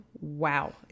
wow